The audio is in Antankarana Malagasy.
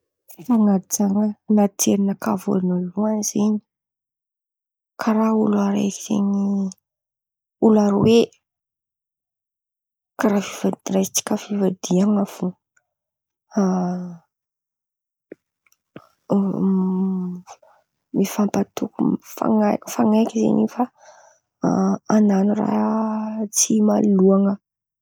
Fan̈ajana, an̈aty jerinakà vônaloan̈y zen̈y karàha olo araiky ten̈a olo aroe karàha fiva- raisitsika fivadian̈a fo, mi-mifampatoky mifa-mifan̈aja zareo fa man̈ano raha tsy imaloan̈a.